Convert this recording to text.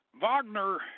Wagner